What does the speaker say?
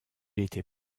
était